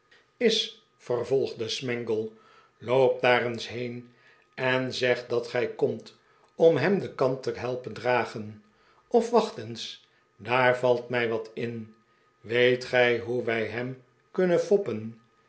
is vervolgde smangle loop daar eens heen en zeg dat gij komt ora hem de kan te helpen dragen of wacht eens daar valt mij wat in weet gij hoe wij hem kimnen foppen